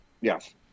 Yes